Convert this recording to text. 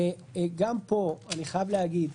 גם פה אני חייב להגיד,